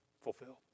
fulfilled